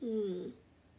mm